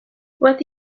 what